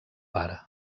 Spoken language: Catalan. pare